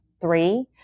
three